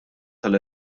tal